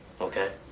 okay